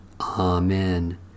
Amen